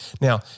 Now